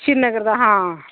श्रीनगर दा हां